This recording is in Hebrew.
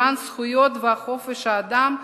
למען זכויות וחופש האדם,